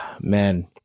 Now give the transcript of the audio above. man